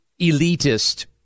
elitist